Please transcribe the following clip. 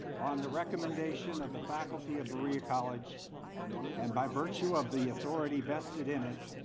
on the recommendation of the faculty of berea college and by virtue of the authority vested in it,